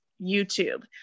YouTube